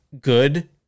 good